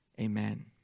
Amen